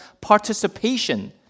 participation